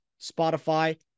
spotify